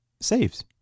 saves